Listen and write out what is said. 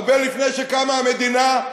הרבה לפני שקמה המדינה,